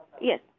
Yes